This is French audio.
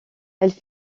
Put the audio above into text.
elles